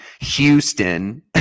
Houston